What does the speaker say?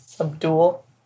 Abdul